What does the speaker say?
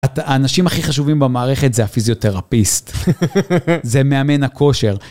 האנשים הכי חשובים במערכת זה הפיזיותרפיסט. זה מאמן הכושר.